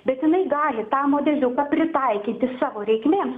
bet jinai gali tą modeliuką pritaikyti savo reikmėms